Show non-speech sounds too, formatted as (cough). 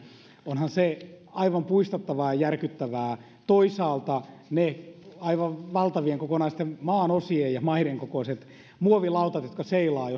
ovathan toisaalta aivan puistattavia ja ja järkyttäviä ne aivan valtavat kokonaisten maanosien ja maiden kokoiset muovilautat jotka seilaavat (unintelligible)